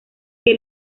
que